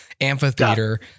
amphitheater